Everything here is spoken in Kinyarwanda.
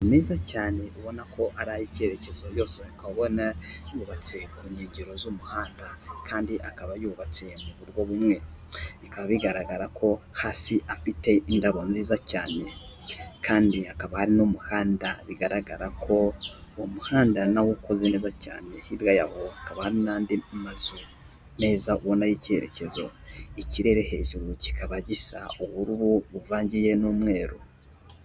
Amazu meza cyane ubona ko ari ay'icyerekezo yose ukaba ubona yubatse ku nkegeroro z'umuhanda kandi akaba yubatse mu buryo bumwe. Bikaba bigaragara ko hasi afite indabo nziza cyane kandi hakaba hari n'umuhanda bigaragara ko uwo muhanda na wo ukoze neza cyane. Hirya yawo hakaba n'andi mazu meza ubona ko ari ay'icyerekezo. ikirere hejuru kikaba gisa ubururu buvangiye n'umweru.